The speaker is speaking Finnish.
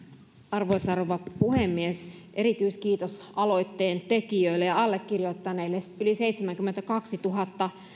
arvoisa rouva puhemies erityiskiitos aloitteen tekijöille ja allekirjoittaneille yli seitsemänkymmentäkaksituhatta